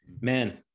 man